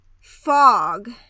Fog